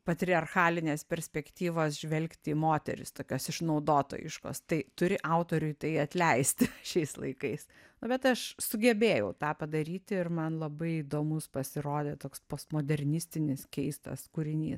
patriarchalinės perspektyvos žvelgti į moteris tokias išnaudotojiškos tai turi autoriui tai atleisti šiais laikais bet aš sugebėjau tą padaryti ir man labai įdomus pasirodė toks postmodernistinis keistas kūrinys